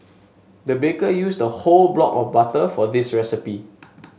the baker used a whole block of butter for this recipe